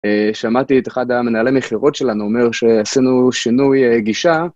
שמעתי את אחד המנהלי מכירות שלנו אומר שעשינו שינוי גישה.